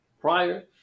prior